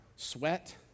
Sweat